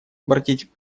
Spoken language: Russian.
обратить